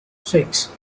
six